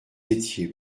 étiez